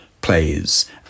plays